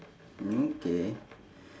okay